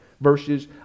verses